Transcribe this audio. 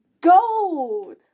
gold